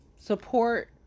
support